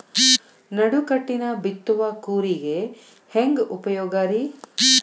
ನಡುಕಟ್ಟಿನ ಬಿತ್ತುವ ಕೂರಿಗೆ ಹೆಂಗ್ ಉಪಯೋಗ ರಿ?